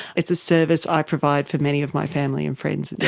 it's a service i provide for many of my family and friends.